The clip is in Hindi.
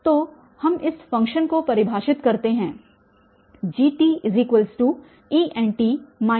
तो हम इस फ़ंक्शन को परिभाषित करते हैं GtEnt wn1tEnxwn1x Enxfx Pnxfn1n1